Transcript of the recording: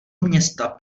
města